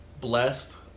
Blessed